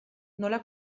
nola